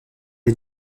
est